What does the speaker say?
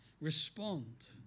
respond